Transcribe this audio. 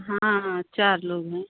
हाँ चार लोग हैं